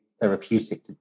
therapeutic